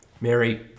Mary